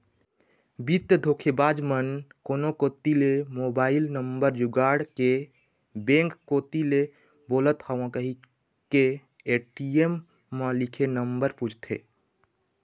बित्तीय धोखेबाज मन कोनो कोती ले मोबईल नंबर जुगाड़ के बेंक कोती ले बोलत हव कहिके ए.टी.एम म लिखे नंबर पूछथे